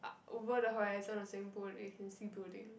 up over the horizon of swimming pool that you can see building